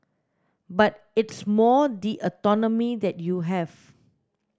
but it's more the autonomy that you have